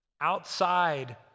outside